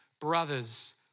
brothers